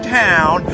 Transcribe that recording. town